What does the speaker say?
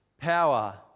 Power